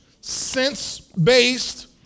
sense-based